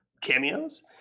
cameos